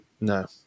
no